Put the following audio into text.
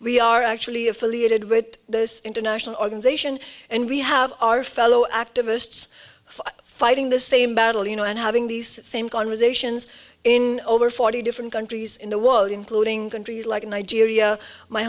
we are actually affiliated with this international organization and we have our fellow activists fighting the same battle you know and having these same conversations in over forty different countries in the world including countries like nigeria my